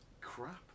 crap